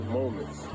moments